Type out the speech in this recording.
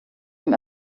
dem